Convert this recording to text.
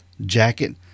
jacket